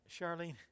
Charlene